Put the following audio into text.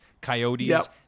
Coyotes